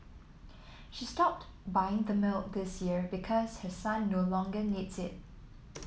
she stopped buying the milk this year because her son no longer needs it